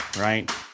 right